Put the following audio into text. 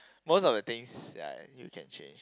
most of the things ya you can change